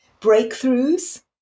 breakthroughs